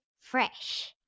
Fresh